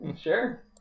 sure